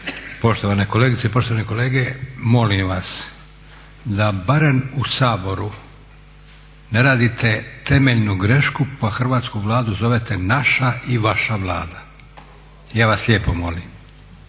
Poštovane kolegice i poštovani kolege, molim vas da barem u Saboru ne radite temeljnu grešku pa hrvatsku Vladu zovete naša i vaša Vlada, ja vas lijepo molim.